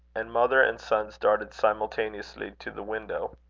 and mother and sons darted simultaneously to the window.